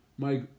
Mike